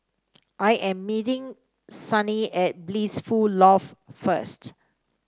I am meeting Sonny at Blissful Loft first